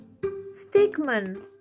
Stickman